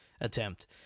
attempt